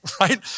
right